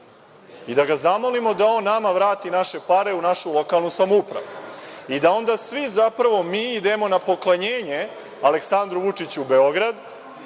i da ga zamolimo da on nama vrati naše pare u našu lokalnu samoupravu i da onda svi zapravo mi idemo na poklonjenje Aleksandru Vučiću u Beograd,